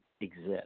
exist